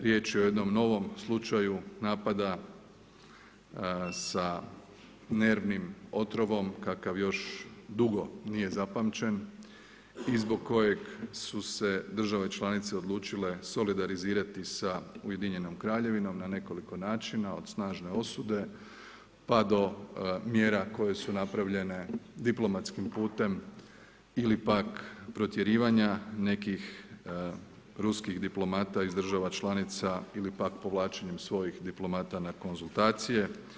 Riječ je o jednom novom slučaju napada sa nervnim otrovom kakav još dugo nije zapamćen i zbog kojeg su se države članice odlučile solidarizirati sa UK na nekoliko načina, od snažne osude pa do mjera koje su napravljene diplomatskim putem ili pak protjerivanja nekih ruskih diplomata iz država članica ili pak povlačenjem svojih diplomata na konzultacije.